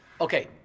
Okay